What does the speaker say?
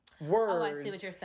words